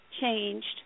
changed